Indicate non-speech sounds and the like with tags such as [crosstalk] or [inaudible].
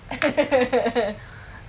[laughs]